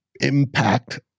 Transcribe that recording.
impact